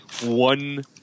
one